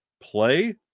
play